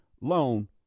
loan